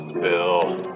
Bill